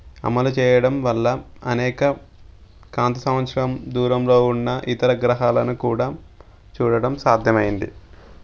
అమలు చేయడం వల్ల అనేక కాంతి సంవత్సరం దూరంలో ఉన్న ఇతర గ్రహాలను కూడా చూడడం సాధ్యమైంది